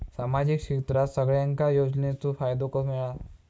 सामाजिक क्षेत्रात सगल्यांका योजनाचो फायदो मेलता?